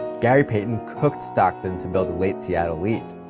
gary payton cooked stockton to build a late seattle lead.